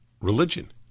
religion